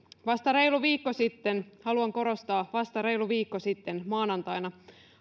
vasta reilu viikko sitten haluan korostaa vasta reilu viikko sitten maanantaina